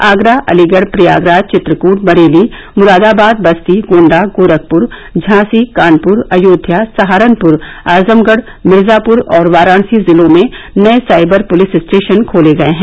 आगरा अलीगढ़ प्रयागराज चित्रकूट बरेली मुरादाबाद बस्ती गोंडा गोरखपुर झाँसी कानपुर अयोध्या सहारनपुर आजमगढ़ मिर्जापुर और वाराणसी जिलों में नए साइबर पुलिस स्टेशन खोले गए हैं